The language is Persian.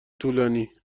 طولانی